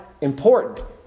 important